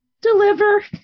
Deliver